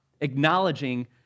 acknowledging